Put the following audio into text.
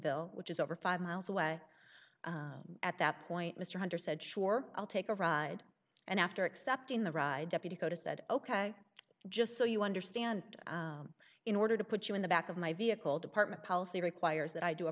ville which is over five miles away at that point mr hunter said sure i'll take a ride and after accepting the ride deputy go to said ok just so you understand in order to put you in the back of my vehicle department policy requires that i do a